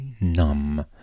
numb